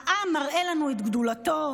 העם מראה לנו את גדולתו,